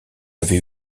avait